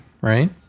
right